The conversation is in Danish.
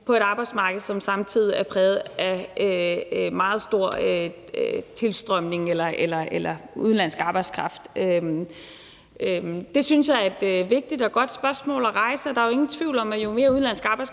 på et arbejdsmarked, som samtidig er præget af meget stor tilstrømning eller udenlandsk arbejdskraft. Det synes jeg er et vigtigt og godt spørgsmål at rejse, og der er jo ingen tvivl om, at jo mere udenlandsk arbejdskraft